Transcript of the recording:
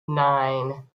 nine